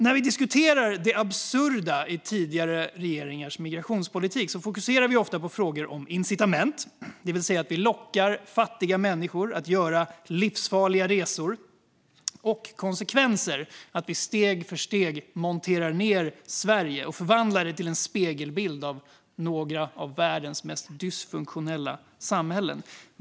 När vi diskuterar det absurda i tidigare regeringars migrationspolitik fokuserar vi ofta på frågor om incitament, det vill säga att fattiga människor lockas att göra livsfarliga resor, och konsekvenser, det vill säga att Sverige steg för steg monteras ned och förvandlas till en spegelbild av några av världens mest dysfunktionella samhällen.